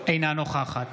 אינה נוכחת